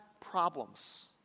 problems